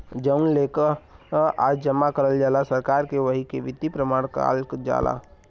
जउन लेकःआ जमा करल जाला सरकार के वही के वित्तीय प्रमाण काल जाला